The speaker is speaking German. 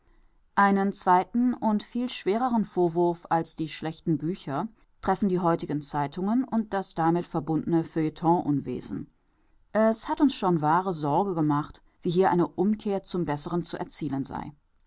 einen zweiten und viel schwereren vorwurf als die schlechten bücher treffen die heutigen zeitungen und das damit verbundne feuilleton unwesen es hat uns schon wahre sorge gemacht wie hier eine umkehr zum besseren zu erzielen sei